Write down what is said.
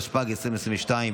התשפ"ב 2022,